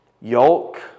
Yolk